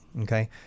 okay